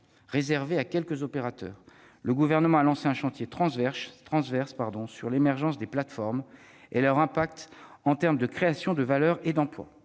réservé à quelques opérateurs. Le Gouvernement a lancé un chantier transverse sur l'émergence des plateformes et leur impact en termes de création de valeur et d'emplois.